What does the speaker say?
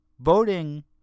voting